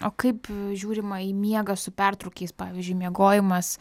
o kaip žiūrima į miegą su pertrūkiais pavyzdžiui miegojimas